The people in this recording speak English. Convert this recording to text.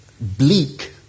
bleak